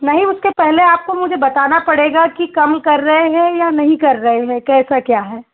नहीं उसके पहले आपको मुझे बताना पड़ेगा कि कम कर रहे है है या नहीं कर रहे है कैसा क्या है